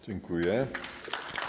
Dziękuję.